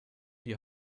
die